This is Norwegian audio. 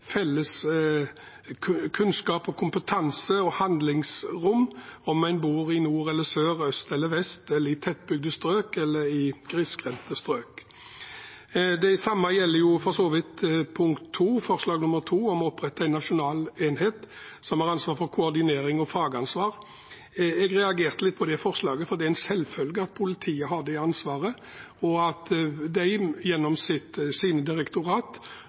bor i nord, sør, øst eller vest, i tettbygde strøk eller i grisgrendte strøk. Det samme gjelder for så vidt forslag nr. 2, om å opprette en nasjonal enhet som har koordinerings- og fagansvar. Jeg reagerte litt på det forslaget, for det er en selvfølge at politiet har det ansvaret, og at de gjennom sine direktorat